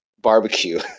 barbecue